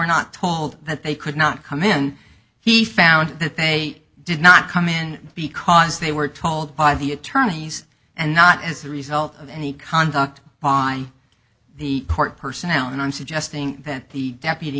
not told that they could not come in he found that they did not come in because they were told by the attorneys and not as a result of any conduct by the court personnel and i'm suggesting that the deputy